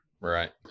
Right